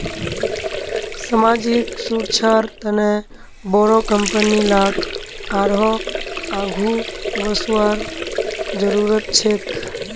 सामाजिक सुरक्षार तने बोरो कंपनी लाक आरोह आघु वसवार जरूरत छेक